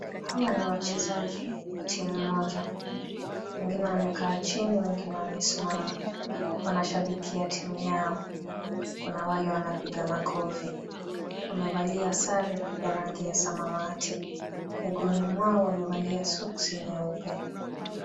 Hawa ni wachezaji wa timu moja. Wengine wamekaa chini, wengine wamesimama. Wanashabikia timu yao. Kuna wale wanapiga makofi. Wamevalia sare ya rangi ya samawati, miguuni mwao wamevalia soksi nyeupe.